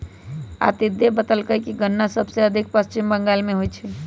अदित्य बतलकई कि गन्ना सबसे अधिक पश्चिम बंगाल में होई छई